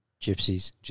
Gypsies